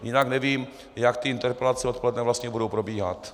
Jinak nevím, jak ty interpelace odpoledne vlastně budou probíhat.